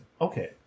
Okay